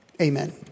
Amen